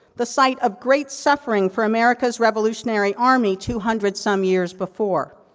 the sight of great suffering for america's revolutionary army, two hundred some years before.